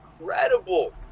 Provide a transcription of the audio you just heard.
incredible